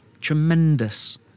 tremendous